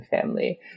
family